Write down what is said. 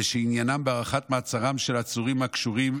ושעניינן הארכת מעצרם של העצורים הקשורים